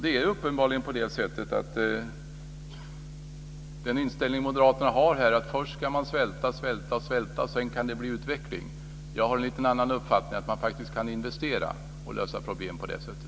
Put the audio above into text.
Det är uppenbarligen på det sättet att den inställning som Moderaterna har är att man först ska svälta och svälta och sedan kan det bli utveckling. Jag har en lite annan uppfattning. Jag tror att man faktiskt kan investera och lösa problem på det sättet.